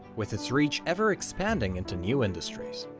with its reach ever expanding into new industries.